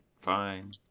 Fine